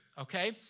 okay